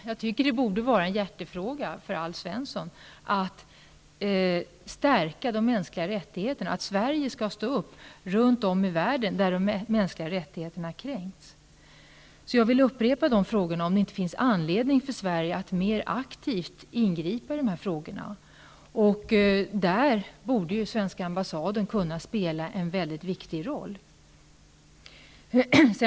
Jag tycker att det borde vara en hjärtefråga för Alf Svensson att stärka de mänskliga rättigheterna. Sverige skall stå upp runt om i världen där de mänskliga rättigheterna kränks. Jag vill än en gång fråga om det inte finns anledning för Sverige att mer aktivt ingripa i dessa frågor. Där borde den svenska ambassaden kunna spela en mycket viktig roll.